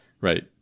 right